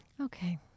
Okay